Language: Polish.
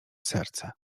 serce